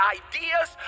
ideas